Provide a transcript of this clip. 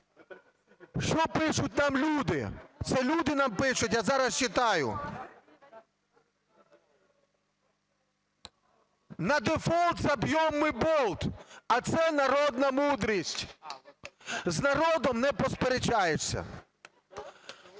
Що пишуть нам люди? Це люди нам пишуть, я зараз читаю: "На дефолт забьем мы болт!", - а це народна мудрість, з народом не посперечаєшся.